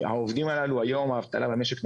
העובדים האלה, היום האבטלה במשק נמוכה,